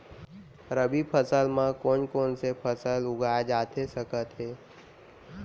रबि फसल म कोन कोन से फसल उगाए जाथे सकत हे?